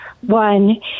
One